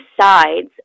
sides